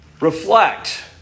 reflect